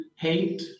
hate